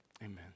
Amen